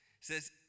says